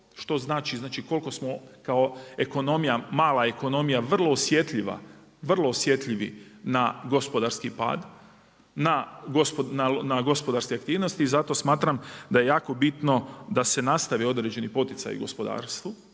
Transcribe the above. što znači koliko smo kao mala ekonomija vrlo osjetljivi na gospodarski pad, na gospodarske aktivnosti. I zato smatram da je jako bitno da se nastavi određeni poticaj u gospodarstvo,